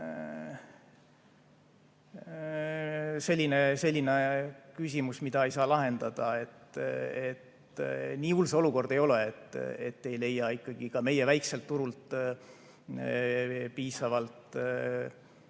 selline küsimus, mida ei saa lahendada. Nii hull see olukord ei ole, et ei leia meie väikselt turult piisavalt